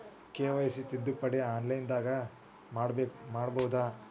KYC ತಿದ್ದುಪಡಿ ಆನ್ಲೈನದಾಗ್ ಮಾಡ್ಬಹುದೇನು?